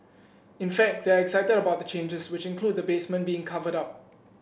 in fact they are excited about the changes which include the basement being covered up